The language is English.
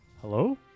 Hello